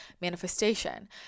manifestation